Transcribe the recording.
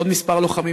ועוד כמה לוחמים.